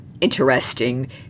interesting